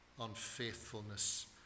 unfaithfulness